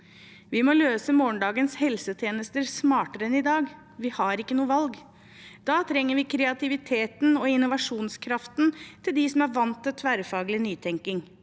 Vi må løse morgendagens helsetjenester smartere enn i dag, vi har ikke noe valg. Da trenger vi kreativiteten og innovasjonskraften til dem som er vant til tverrfaglig nytekning.